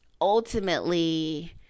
ultimately